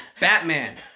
Batman